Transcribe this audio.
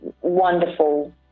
wonderful